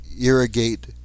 irrigate